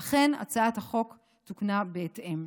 ואכן, הצעת החוק תוקנה בהתאם.